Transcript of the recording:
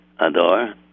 Ador